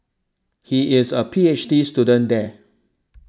he is a P H D student there